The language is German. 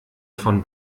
von